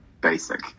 basic